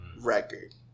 record